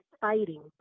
fighting